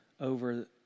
over